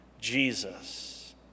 Jesus